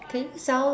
sound